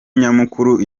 nyamukuru